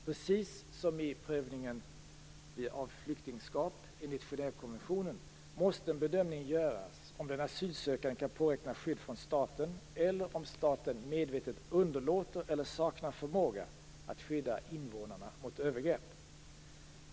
Precis som vid prövning av flyktingskap enligt Genèvekonventionen måste en bedömning göras, om den asylsökande kan påräkna skydd från staten eller om staten medvetet underlåter eller saknar förmåga att skydda invånarna mot övergrepp.